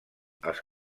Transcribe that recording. els